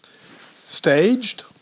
staged